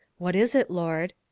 what is it, lord?